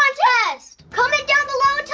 contest! comment down below. tell